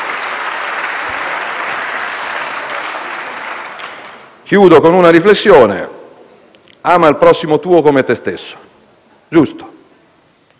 Chiudo con una riflessione: «Ama il prossimo tuo come te stesso». Giusto.